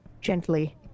gently